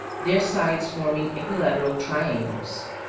their sides forming equilateral triangles.